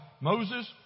Moses